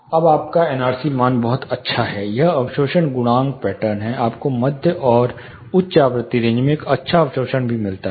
अब आपका एनआरसी मान बहुत अच्छा है यह अवशोषण गुणांक पैटर्न है आपको मध्य और उच्च आवृत्ति रेंज में एक अच्छा अवशोषण भी मिलता है